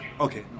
Okay